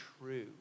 true